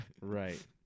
Right